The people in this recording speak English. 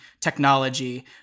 technology